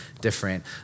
different